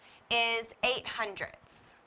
is eight hundredths.